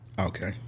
Okay